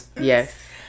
Yes